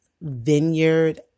vineyard